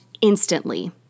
instantly